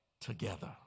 together